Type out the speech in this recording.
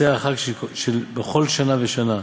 ובמוצאי החג שבכל שנה ושנה.